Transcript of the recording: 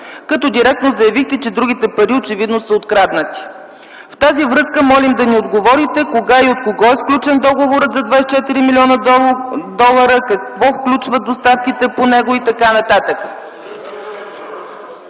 като директно заявихте, че другите пари очевидно са откраднати. В тази връзка молим да ни отговорите кога и от кого е сключен договорът за 24 млн. долара, какво включват доставките по него и т.н.?”